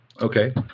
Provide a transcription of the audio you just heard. Okay